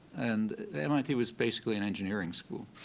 and mit was basically an engineering school.